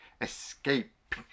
escape